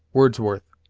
wordsworth.